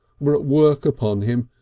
were at work upon him,